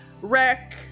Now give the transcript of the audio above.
wreck